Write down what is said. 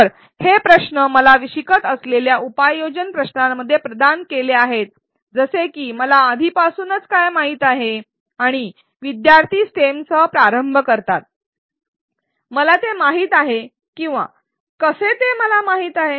तर हे प्रश्न मला शिकत असलेल्या उपयोजन प्रश्नांमध्ये प्रदान केले आहेत जसे की मला आधीपासूनच काय माहित आहे आणि विद्यार्थी स्टेमसह प्रारंभ करतात मला ते माहित आहे किंवा कसे ते मला माहित आहे